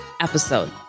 episode